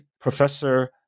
Professor